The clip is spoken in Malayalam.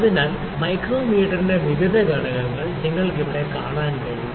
അതിനാൽ മൈക്രോമീറ്ററിന്റെ വിവിധ ഘടകങ്ങൾ നിങ്ങൾക്ക് ഇവിടെ കാണാൻ കഴിയും